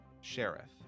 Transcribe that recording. Sheriff